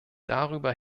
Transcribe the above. darüber